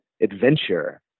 adventure